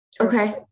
Okay